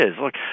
Look